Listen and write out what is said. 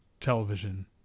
television